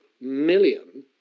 million